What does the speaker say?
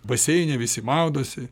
baseine visi maudosi